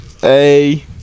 Hey